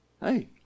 Hey